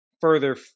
further